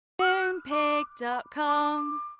Moonpig.com